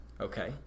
Okay